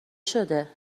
شده